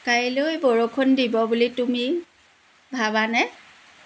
কাইলৈ বৰষুণ দিব বুলি তুমি ভাবানে